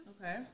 Okay